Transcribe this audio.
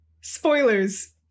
Spoilers